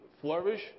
flourish